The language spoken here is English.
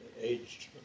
aged